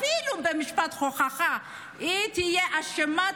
אפילו היא תהיה אשמה,